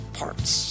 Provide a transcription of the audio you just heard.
parts